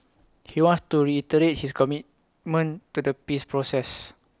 he wants to reiterate his commitment to the peace process